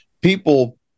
people